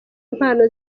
impano